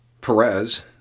Perez